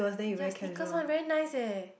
ya sneakers one very nice eh